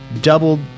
doubled